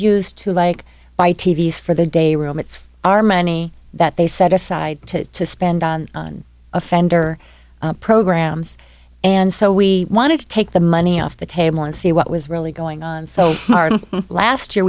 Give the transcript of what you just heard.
used to like buy t v s for the day room it's our money that they set aside to spend on offender programs and so we wanted to take the money off the table and see what was really going on so last year